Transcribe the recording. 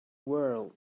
world